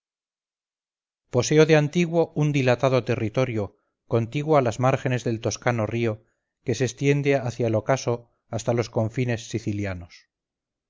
poseo de antiguo un dilatado territorio contiguo a las márgenes del toscano río que se extiende hacia el ocaso hasta los confines sicilianos